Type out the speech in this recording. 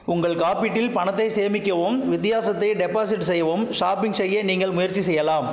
உங்கள் காப்பீட்டில் பணத்தைச் சேமிக்கவும் வித்தியாசத்தை டெபாசிட் செய்யவும் ஷாப்பிங் செய்ய நீங்கள் முயற்சி செய்யலாம்